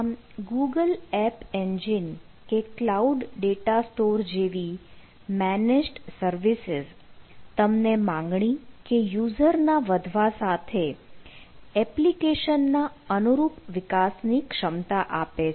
આમ Google App Engine કે Cloud Datastore જેવી મેનેજ્ડ સર્વિસીસ તમને માંગણી કે યુઝરના વધવા સાથે એપ્લિકેશન ના અનુરૂપ વિકાસની ક્ષમતા આપે છે